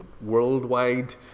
worldwide